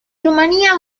rumania